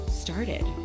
started